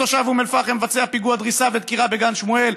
כשתושב אום אל-פחם ביצע פיגוע דריסה ודקירה בגן שמואל,